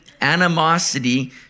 animosity